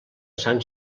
sant